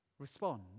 Respond